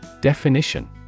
Definition